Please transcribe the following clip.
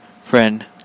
friend